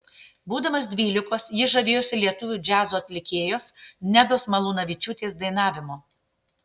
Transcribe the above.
būdamas dvylikos jis žavėjosi lietuvių džiazo atlikėjos nedos malūnavičiūtės dainavimu